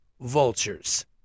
Vultures